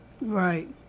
Right